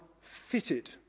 fitted